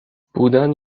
بودن